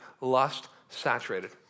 lust-saturated